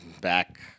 back